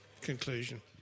conclusion